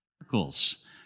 miracles